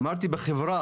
אמרתי בחברה.